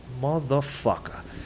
motherfucker